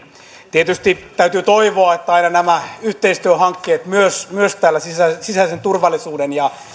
tietysti täytyy toivoa että aina nämä yhteistyöhankkeet myös myös täällä sisäisen sisäisen turvallisuuden ja